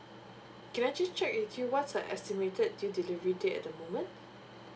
can I just check with you what's the estimated due delivery date at the moment